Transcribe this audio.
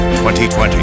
2020